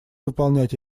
выполнять